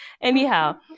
Anyhow